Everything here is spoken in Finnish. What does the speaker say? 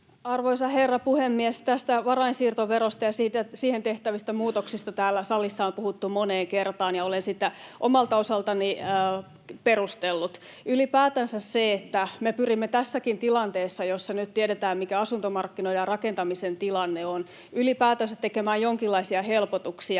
Arvoisa herra puhemies! Tästä varainsiirtoverosta ja siihen tehtävistä muutoksista täällä salissa on puhuttu moneen kertaan, ja olen sitä omalta osaltani perustellut. Ylipäätänsä me pyrimme tässäkin tilanteessa, jossa nyt tiedetään, mikä asuntomarkkinoiden ja rakentamisen tilanne on, tekemään jonkinlaisia helpotuksia